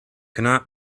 cannot